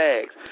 tags